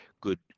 good